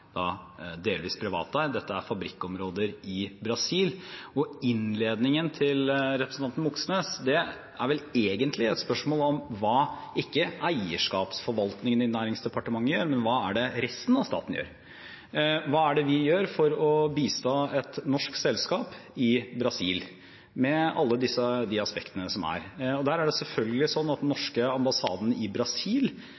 spørsmål om hva eierskapsforvaltningen i Næringsdepartementet gjør, men hva resten av staten gjør. Hva er det vi gjør for å bistå et norsk selskap i Brasil med alle de aspektene som er? Det er selvfølgelig sånn at den